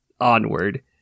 onward